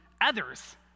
others